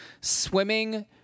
swimming